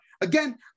again